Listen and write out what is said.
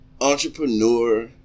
entrepreneur